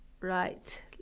right